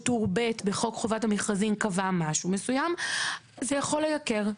שטור ב' בחוק חובת המכרזים קבע משהו מסוים - זה יכול לייקר.